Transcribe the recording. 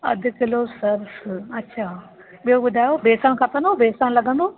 अधु kilo Surf अछा ॿियो ॿुधायो बेसण खपंदो बेसण लॻंदो